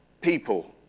people